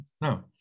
No